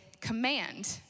command